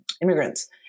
immigrants